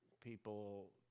people